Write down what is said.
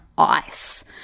Ice